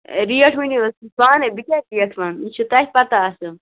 rate ؤنِو حظ تُہۍ پانے بہٕ کیاہ ریٹ وَنہٕ یہِ چھ تۄہہِ پتہٕ آسان